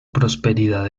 prosperidad